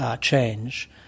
change